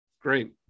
Great